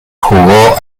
jugó